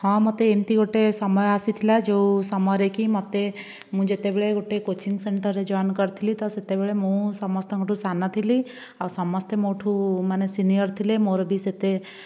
ହଁ ମୋତେ ଏମିତି ଗୋଟିଏ ସମୟ ଆସିଥିଲା ଯେଉଁ ସମୟରେ କି ମୋତେ ମୁଁ ଯେତେବେଳେ ଗୋଟିଏ କୋଚିଂ ସେଣ୍ଟର୍ରେ ଜଏନ୍ କରିଥିଲି ତ ସେତେବେଳେ ମୁଁ ସମସ୍ତଙ୍କଠୁ ସାନ ଥିଲି ଆଉ ସମସ୍ତେ ମୋ ଠୁ ମାନେ ସିନିୟର ଥିଲେ ମୋର ବି ସେତେ